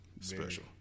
special